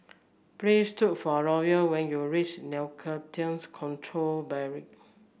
please look for Loyal when you reach Narcotics Control Bureau